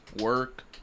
Work